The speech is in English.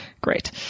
great